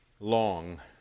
Long